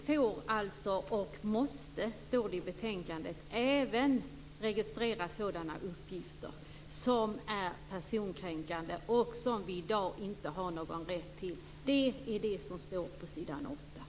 Fru talman! Det står i betänkandet att vi får och måste registrera även sådana uppgifter som är personkränkande, vilket vi i dag inte har någon rätt att göra. Det är vad som står på s. 8.